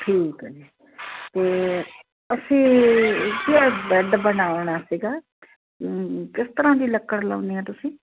ਠੀਕ ਆ ਜੀ ਅਤੇ ਅਸੀਂ ਬੈਡ ਬਣਾਉਣਾ ਸੀਗਾ ਕਿਸ ਤਰ੍ਹਾਂ ਦੀ ਲੱਕੜ ਲਾਉਂਦੇ ਆ ਤੁਸੀਂ